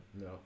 No